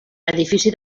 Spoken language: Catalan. edifici